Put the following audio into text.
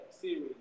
series